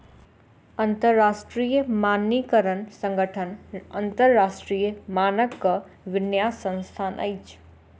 अंतरराष्ट्रीय मानकीकरण संगठन अन्तरराष्ट्रीय मानकक विन्यास संस्थान अछि